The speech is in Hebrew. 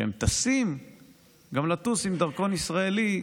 גם לטוס עם דרכון ישראלי,